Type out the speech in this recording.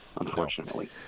Unfortunately